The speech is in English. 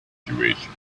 situation